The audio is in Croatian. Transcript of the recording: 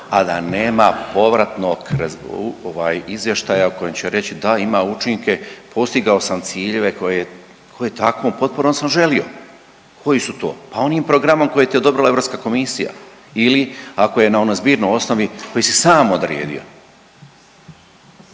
a da nema povratnog izvještaja u kojem će reći da, ima učinke, postigao sam ciljeve koje takvom potporom sam želio. Koji su to? Pa onim programom koji ti je odobrila Europska komisija ili ako je na onoj zbirnoj osnovni koji si sam odredio.